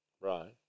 right